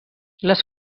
les